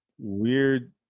weird